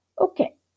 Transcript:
okay